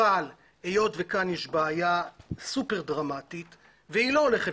אבל היות שכאן יש בעיה סופר דרמטית והיא לא הולכת